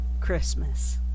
Christmas